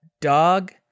dog